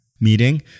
meeting